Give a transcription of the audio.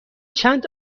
چند